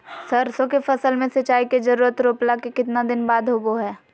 सरसों के फसल में सिंचाई के जरूरत रोपला के कितना दिन बाद होबो हय?